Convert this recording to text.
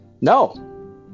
No